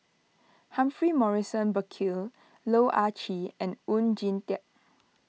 Humphrey Morrison Burkill Loh Ah Chee and Oon Jin Teik